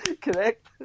Correct